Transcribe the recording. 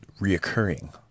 reoccurring